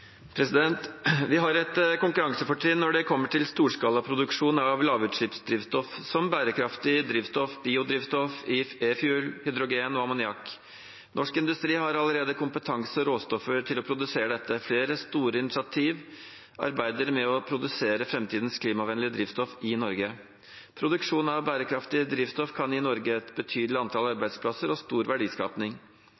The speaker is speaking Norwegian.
Vi har et konkurransefortrinn når det gjelder storskalaproduksjon av lavutslippsdrivstoff, som bærekraftig drivstoff, biodrivstoff, e-fuel, hydrogen og ammoniakk. Norsk industri har allerede kompetanse og råstoffer til å produsere dette. Flere store initiativer arbeider med å produsere framtidens klimavennlige drivstoff i Norge. Produksjon av bærekraftige drivstoff kan gi Norge et betydelig antall